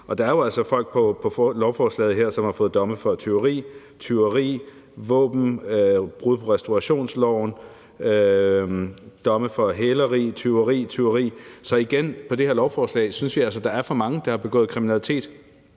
Der er jo altså folk på lovforslaget her, som har fået domme for tyveri, våben, brud på restaurationsloven, domme for hæleri og tyveri. Så igen synes vi altså, der er for mange på det her lovforslag, der har begået kriminalitet,